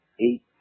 eight